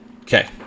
Okay